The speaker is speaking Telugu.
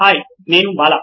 హాయ్ నేను బాలా